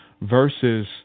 versus